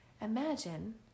imagine